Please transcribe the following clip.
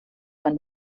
von